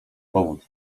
powód